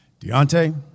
Deontay